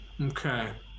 okay